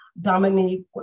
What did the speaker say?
dominique